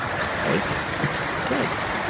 safe place.